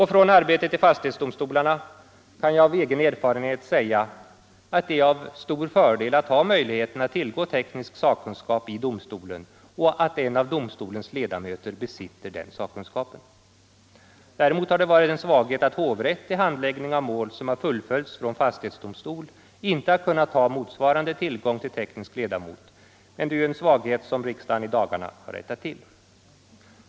Från arbetet i fastighetsdomstolarna kan jag av egen erfarenhet säga att det är en stor fördel att ha tillgång till teknisk sakkunskap i domstolen genom att en av domstolens ledamöter besitter denna sakkunskap. Däremot har det varit en svaghet att hovrätt i handläggning av mål som har fullföljts från fastighetsdomstol inte haft motsvarande tillgång till teknisk ledamot, en svaghet som riksdagen emellertid i dagarna har rättat till.